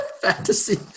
fantasy